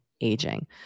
aging